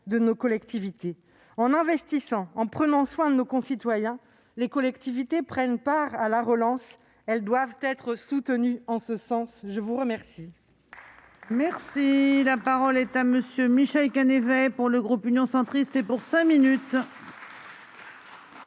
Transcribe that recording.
de leur masse salariale. En investissant, en prenant soin de nos concitoyens, les collectivités prennent part à la relance. Elles doivent être soutenues en ce sens ! Très bien